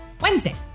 Wednesday